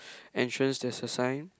entrance there is a sign